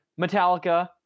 Metallica